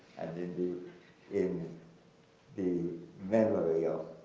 and indeed in the memory of